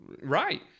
Right